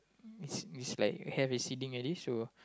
is is like hair recceding already so